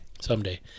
Someday